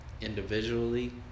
individually